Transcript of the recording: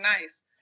nice